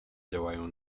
działają